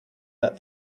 that